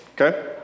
okay